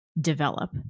develop